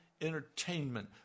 entertainment